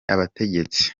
abategetsi